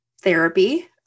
therapy